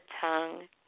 tongue